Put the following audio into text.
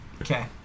Okay